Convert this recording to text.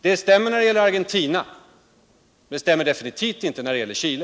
Det stämmer med Argentina men definitivt inte när det gäller Chile.